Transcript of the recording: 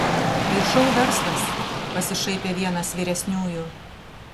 tai šou verslas pasišaipė vienas vyresniųjų